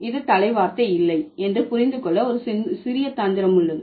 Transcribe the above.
இது தலை வார்த்தை இல்லை என்று புரிந்து கொள்ள ஒரு சிறிய தந்திரம் உள்ளது